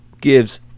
gives